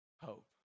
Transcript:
hope